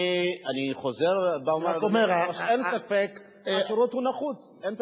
אני חוזר, אין ספק שהשירות הוא נחוץ, אין ספק.